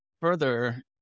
further